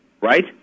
Right